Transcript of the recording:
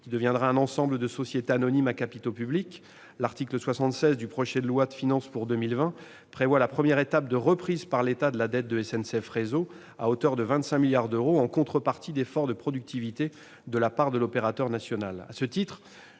qui deviendra un ensemble de sociétés anonymes à capitaux publics. L'article 76 du projet de loi de finances pour 2020 prévoit la première étape de reprise par l'État de la dette de SNCF Réseau, à hauteur de 25 milliards d'euros, en contrepartie d'efforts de productivité de la part de l'opérateur national.